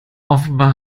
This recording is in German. offenbar